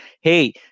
hey